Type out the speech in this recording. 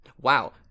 Wow